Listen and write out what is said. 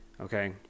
okay